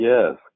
Yes